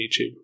YouTube